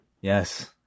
Yes